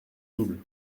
double